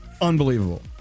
unbelievable